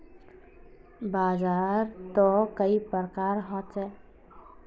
बाजार त कई प्रकार होचे?